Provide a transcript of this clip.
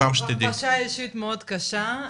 הרגשה אישית מאוד קשה,